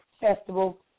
festival